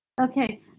Okay